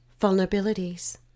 vulnerabilities